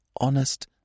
honest